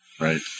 Right